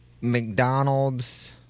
McDonald's